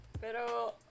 Pero